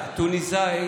את תוניסאית?